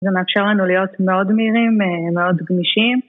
זה מאפשר לנו להיות מאוד מהירים, מאוד גמישים.